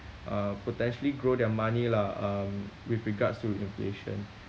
uh potentially grow their money lah um with regards to inflation